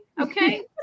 okay